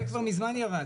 זה כבר מזמן ירד.